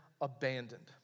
abandoned